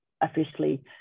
officially